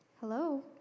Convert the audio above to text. Hello